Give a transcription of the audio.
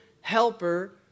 helper